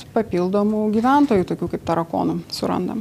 papildomų gyventojų tokių kaip tarakonų surandam